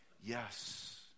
Yes